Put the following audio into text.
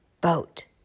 boat